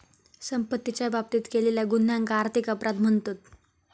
संपत्तीच्या बाबतीत केलेल्या गुन्ह्यांका आर्थिक अपराध म्हणतत